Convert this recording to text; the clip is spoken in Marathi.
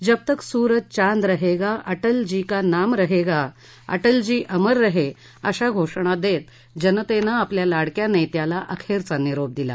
जब तक सूरज चाँद रहेगा अटलजी का नाम रहेगा अटलजी अमर रहे अशा घोषणा देत जनतेने आपल्या लाडक्या नेत्याला अखेरचा निरोप दिला